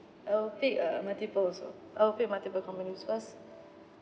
I'll pick uh multiples oh I'll pick multiple companies cause